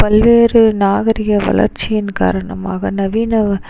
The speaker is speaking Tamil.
பல்வேறு நாகரீக வளர்ச்சியின் காரணமாக நவீன